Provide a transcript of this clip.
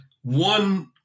one